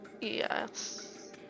Yes